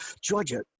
georgia